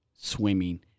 swimming